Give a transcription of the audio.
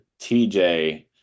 TJ